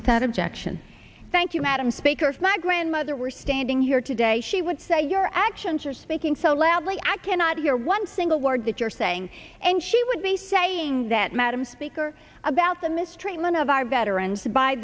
without objection thank you madam speaker for my grandmother we're standing here today she would say your actions are speaking so loudly i cannot hear one single word that you're saying and she would be saying that madam speaker about the mistreatment of our veterans by